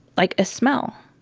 like a smell.